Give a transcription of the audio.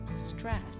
stress